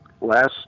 last